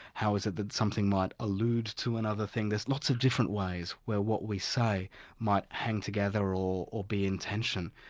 how is it that something might allude to another thing? there's lots of different ways where what we say might hang together or or be in tension.